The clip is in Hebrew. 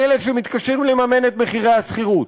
לאלה שמתקשים לממן את מחירי השכירות?